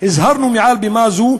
הזהרנו מעל בימה זו